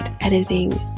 editing